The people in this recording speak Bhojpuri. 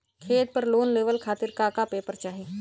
खेत पर लोन लेवल खातिर का का पेपर चाही?